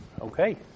Okay